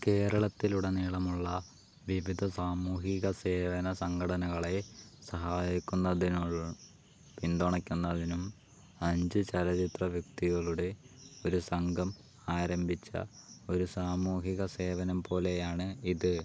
കേരളത്തിലുട നീളമുള്ള വിവിധ സാമൂഹിക സേവന സംഘടനകളെ സഹായിക്കുന്നതിനും പിന്തുണയ്ക്കുന്നതിനും അഞ്ച് ചലച്ചിത്ര വ്യക്തികളുടെ ഒരു സംഘം ആരംഭിച്ച ഒരു സാമൂഹിക സേവനം പോലെയാണ് ഇത്